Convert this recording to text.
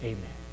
Amen